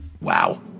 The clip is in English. Wow